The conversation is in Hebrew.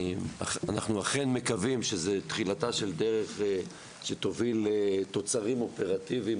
אכן אנחנו מקווים שזאת תחילתה של דרך שתוביל תוצרים אופרטיביים,